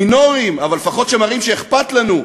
מינוריים, אבל שלפחות מראים שאכפת לנו,